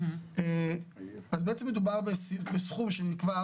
אז בעצם מדובר בסכום שנקבע,